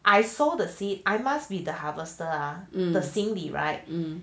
I sow the seed I must be the harvester 的心里 right